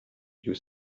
you